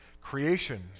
creation